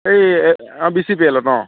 এই B C P L ত অ'